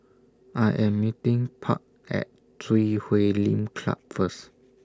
I Am meeting Park At Chui Huay Lim Club First